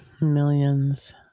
millions